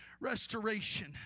restoration